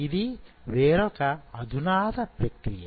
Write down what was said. ఇది వేరొక ఒక అధునాతన ప్రక్రియ